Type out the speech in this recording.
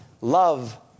love